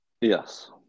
Yes